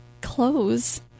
clothes